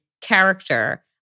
character